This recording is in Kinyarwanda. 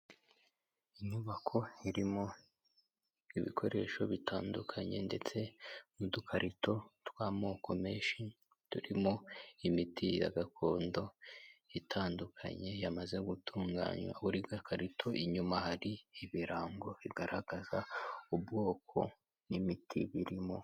Inyubako irimo ibikoresho bitandukanye ndetse n'udukarito tw'amoko menshi, turimo imiti ya gakondo itandukanye yamaze gutunganywa, buri gakarito inyuma hari ibirango bigaragaza ubwoko n'imiti birimo.